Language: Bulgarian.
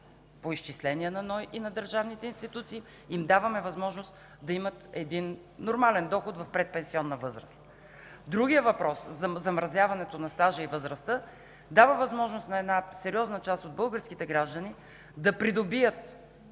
по изчисление на НОИ и на държавните институции. Даваме им възможност да имат един нормален доход в предпенсионна възраст. Другият въпрос – за замразяването на стажа и възрастта, дава възможност на сериозна част от българските граждани да придобият